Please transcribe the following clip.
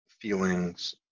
feelings